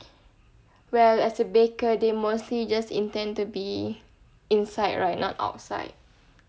well as a baker they mostly just intend to be inside right not outside